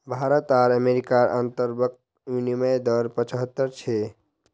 भारत आर अमेरिकार अंतर्बंक विनिमय दर पचाह्त्तर छे